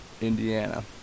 Indiana